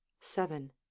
seven